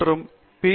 மற்றும் பி